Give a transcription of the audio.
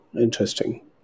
interesting